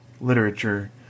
literature